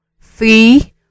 three